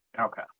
Okay